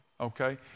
Okay